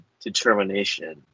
determination